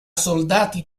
soldati